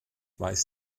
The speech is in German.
weiß